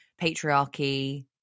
patriarchy